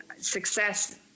success